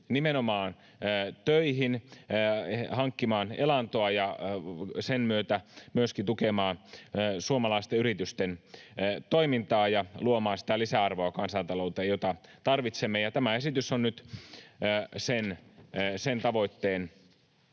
nimenomaan töihin, hankkimaan elantoa, ja sen myötä myöskin tukemaan suomalaisten yritysten toimintaa ja luomaan kansantalouteen sitä lisärvoa, jota tarvitsemme. Ja tämä esitys on nyt sen tavoitteen